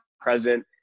present